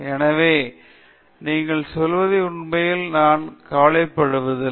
எனவே நீங்கள் சொல்வதை உண்மையில் அவர்கள் கவலைப்படுவதில்லை